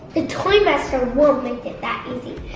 the toymaster won't make it that easy.